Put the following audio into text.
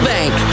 Bank